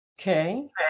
Okay